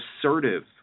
assertive